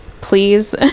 please